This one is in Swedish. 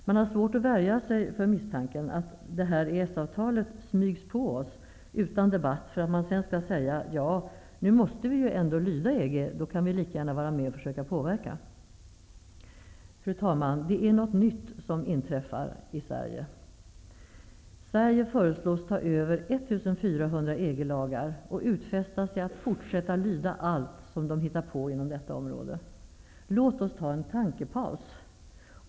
Man har svårt att värja sig för misstanken att det här EES avtalet smygs på oss utan debatt för att man sedan skall säga: ja nu måste vi ju ändå lyda EG, då kan vi lika gärna vara med och försöka påverka. Det är något nytt som inträffar i Sverige. Sverige föreslås ta över 1 400 EG-lagar och utfästa sig att fortsätta lyda allt som EG hittar på inom detta område. Låt oss ta en tankepaus!